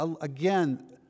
again